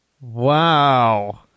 Wow